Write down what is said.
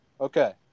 Okay